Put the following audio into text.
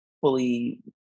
fully